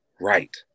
right